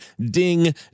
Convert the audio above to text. DING